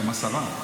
גם השרה.